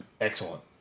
Excellent